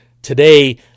today